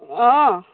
অঁ